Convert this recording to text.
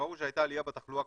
ושראו שהייתה עלייה בתחלואה,